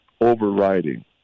overriding